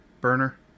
burner